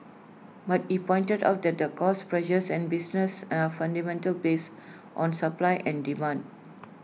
but he pointed out that cost pressures on businesses are fundamentally based on supply and demand